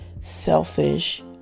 selfish